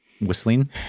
whistling